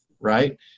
right